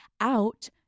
out